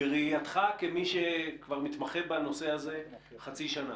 בראייתך, כמי שכבר מתמחה בנושא הזה חצי שנה.